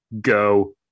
go